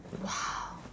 !wow!